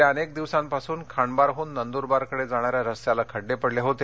गेल्या अनेक दिवसांपासून खांडबारहून नद्रबारकडे जाणाऱ्या रस्त्याला खड्डे पडले होते